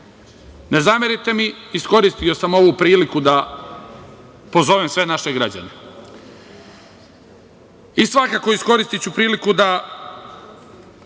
Ne zamerite mi. Iskoristio sam ovu priliku da pozovem sve naše građane. Svakako iskoristiću priliku da